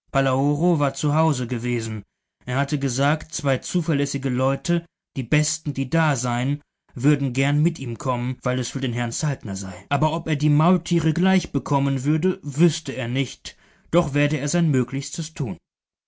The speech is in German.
war zu hause gewesen er hatte gesagt zwei zuverlässige leute die besten die da seien würden gern mit ihm kommen weil es für den herrn saltner sei aber ob er die maultiere gleich bekommen würde wüßte er nicht doch werde er sein möglichstes tun